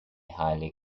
highly